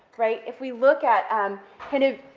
right, if we look at kind of,